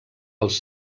els